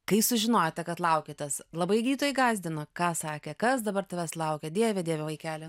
kai sužinojote kad laukiatės labai gydytojai gąsdino ką sakė kas dabar tavęs laukia dieve dieve vaikeli